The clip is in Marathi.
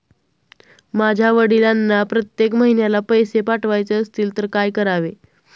माझ्या वडिलांना प्रत्येक महिन्याला पैसे पाठवायचे असतील तर काय करावे?